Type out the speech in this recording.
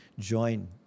join